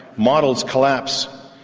models collapse,